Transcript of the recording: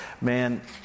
man